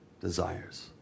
desires